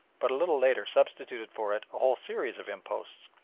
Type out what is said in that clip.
but a little later substituted for it a whole series of imposts,